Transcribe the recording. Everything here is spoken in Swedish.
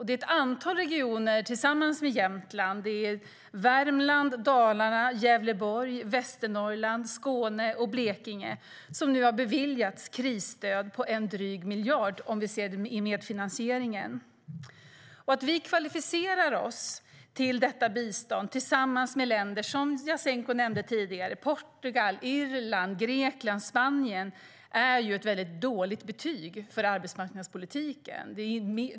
Det är ett antal regioner tillsammans med Jämtland - Värmland, Dalarna, Gävleborg, Västernorrland, Skåne och Blekinge - som nu har beviljats krisstöd på en dryg miljard inklusive medfinansieringen. Att vi kvalificerar oss till detta bistånd tillsammans med länder som Portugal, Irland, Grekland och Spanien, som Jasenko nämnde tidigare, är ett väldigt dåligt betyg för arbetsmarknadspolitiken.